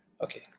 okay